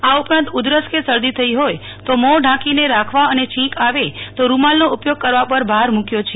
આ ઉપરાંત ઉધરસ કે શરદી થઈ હોય તો મોં ઢાંકીને રાખવા અને છીંક આવે તો રૂમાલનો ઉપયોગ કરવા પર ભાર મકયો છે